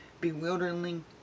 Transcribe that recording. bewildering